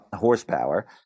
horsepower